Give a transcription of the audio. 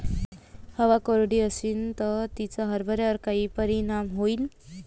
हवा कोरडी अशीन त तिचा हरभऱ्यावर काय परिणाम होईन?